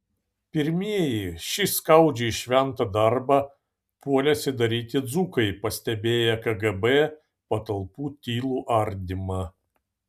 pirmieji šį skaudžiai šventą darbą puolėsi daryti dzūkai pastebėję kgb patalpų tylų ardymą